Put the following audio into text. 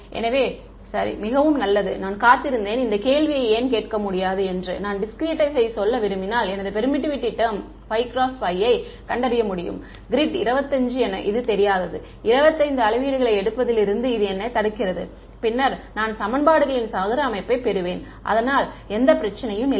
எனவே என்ன சரி மிகவும் நல்லது நான் காத்திருந்தேன் இந்த கேள்வியை நீங்கள் ஏன் கேட்க முடியாது என்று நான் டிஸ்க்ரீட்டைஸை சொல்ல விரும்பினால் எனது பெர்மிட்டிவிட்டி டேர்ம் 5 × 5 யை கண்டறிய முடியும் கிரிட் 25 இது தெரியாதது 25 அளவீடுகளை எடுப்பதில் இருந்து எது என்னைத் தடுக்கிறது பின்னர் நான் சமன்பாடுகளின் சதுர அமைப்பைப் பெறுவேன் அதனால் எந்த பிரச்னையும் இல்லை